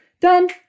done